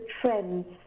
trends